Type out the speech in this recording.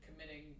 committing